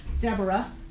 Deborah